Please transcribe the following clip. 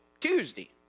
Tuesday